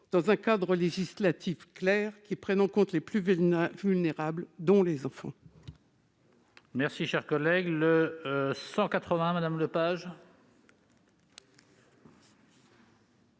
dans un cadre législatif clair prenant en compte les plus vulnérables, dont les enfants.